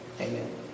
amen